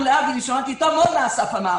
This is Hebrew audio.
אנחנו להבדיל ושמעתי טוב מאוד את מה שאמר אסף.